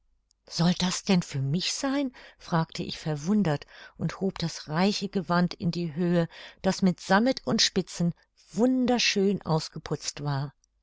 soll das denn für mich sein fragte ich verwundert und hob das reiche gewand in die höhe das mit sammet und spitzen wunderschön ausgeputzt war